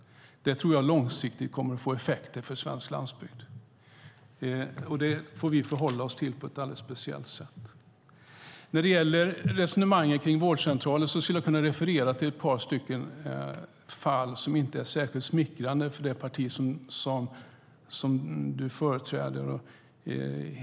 Det tror jag långsiktigt kommer att få effekter för svensk landsbygd, och det får vi förhålla oss till på ett alldeles speciellt sätt. När det gäller resonemang kring vårdcentraler skulle jag kunna referera till ett par fall som inte är särskilt smickrande för det parti som Carina Adolfsson Elgestam företräder.